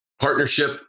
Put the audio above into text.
partnership